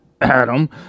Adam